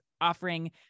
offering